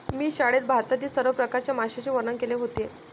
मी शाळेत भारतातील सर्व प्रकारच्या माशांचे वर्णन केले होते